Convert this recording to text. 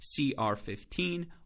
CR15